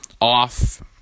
off